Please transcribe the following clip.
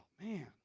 man